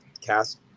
cast